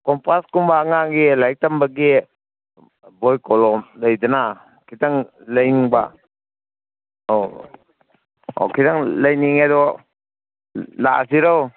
compass ꯀꯨꯝꯕ ꯑꯉꯥꯡꯒꯤ ꯂꯥꯏꯔꯤꯛ ꯇꯝꯕꯒꯤ ꯕꯣꯏ ꯀꯣꯂꯣꯝ ꯂꯩꯗꯅ ꯈꯤꯇꯪ ꯂꯩꯅꯤꯡꯕ ꯑꯧ ꯑꯣ ꯈꯤꯇꯪ ꯂꯩꯅꯤꯡꯉꯦ ꯑꯗꯣ ꯂꯥꯛꯑꯁꯤꯔꯣ